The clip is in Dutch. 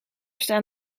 staan